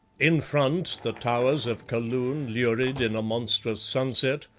in front, the towers of kaloon lurid in a monstrous sunset.